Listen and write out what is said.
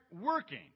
working